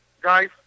guys